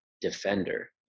defender